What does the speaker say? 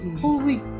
Holy